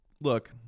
look